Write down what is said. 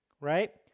right